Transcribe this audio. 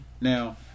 Now